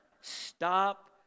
Stop